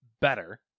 better